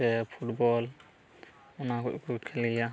ᱥᱮ ᱯᱷᱩᱴᱵᱚᱞ ᱚᱱᱟ ᱠᱩᱡ ᱠᱚ ᱠᱷᱮᱞ ᱜᱮᱭᱟ